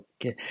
Okay